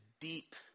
deep